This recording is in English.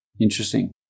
Interesting